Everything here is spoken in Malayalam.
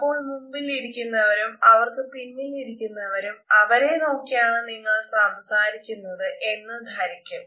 അപ്പോൾ മുമ്പിൽ ഇരിക്കുന്നവരും അവർക്ക് പിന്നിൽ ഇരിക്കുന്നവരും അവരെ നോക്കിയാണ് നിങ്ങൾ സംസാരിക്കുന്നത് എന്ന് ധരിക്കും